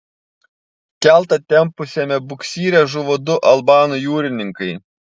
keltą tempusiame buksyre žuvo du albanų jūrininkai